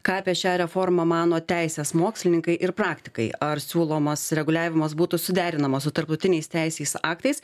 ką apie šią reformą mano teisės mokslininkai ir praktikai ar siūlomas reguliavimas būtų suderinamos su tarptautiniais teiseis aktais